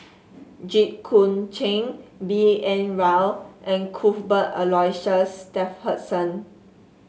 Jit Koon Ch'ng B N Rao and Cuthbert Aloysius Shepherdson